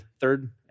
third